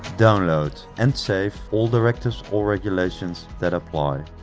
download and save all directives or regulations that apply.